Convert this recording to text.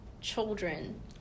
children